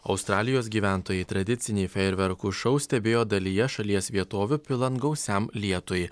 australijos gyventojai tradicinį fejerverkų šou stebėjo dalyje šalies vietovių pilant gausiam lietui